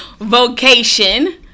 vocation